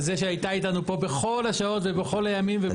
זה שהיא הייתה איתנו פה בכל השעות ובכל הימים.